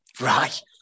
Right